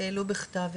משרד הרווחה והבטחון